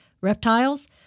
reptiles